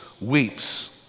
weeps